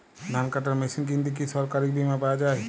ধান কাটার মেশিন কিনতে কি সরকারী বিমা পাওয়া যায়?